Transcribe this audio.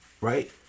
right